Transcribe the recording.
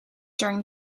during